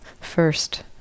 First